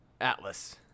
Atlas